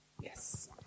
Yes